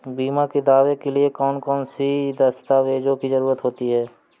बीमा के दावे के लिए कौन कौन सी दस्तावेजों की जरूरत होती है?